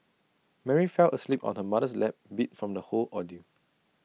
Mary fell asleep on her mother's lap beat from the whole ordeal